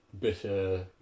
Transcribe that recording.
bitter